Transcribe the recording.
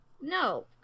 no